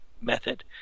method